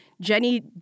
Jenny